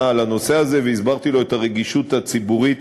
על הנושא הזה והסברתי לו את הרגישות הציבורית